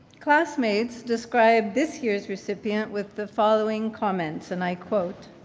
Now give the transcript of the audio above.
classmates describe this year's recipient with the following comments, and i quote.